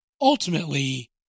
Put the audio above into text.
ultimately